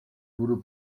budu